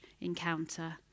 encounter